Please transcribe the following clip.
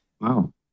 Wow